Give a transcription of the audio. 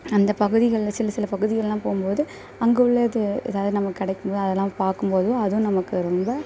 அந்த பகுதிகளில் சில சில பகுதிகளெலாம் போகும்போது அங்கே உள்ளது ஏதாவது நமக்கு கிடைக்கும் போது அதெல்லாம் பார்க்கும் போதும் அதுவும் நமக்கு ரொம்ப